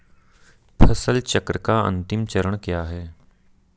फसल चक्र का अंतिम चरण क्या है?